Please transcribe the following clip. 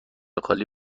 خالی